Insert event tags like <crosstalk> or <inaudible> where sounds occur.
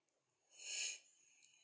<noise>